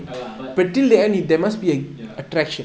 ya lah but ya